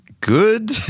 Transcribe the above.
good